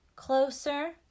Closer